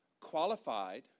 qualified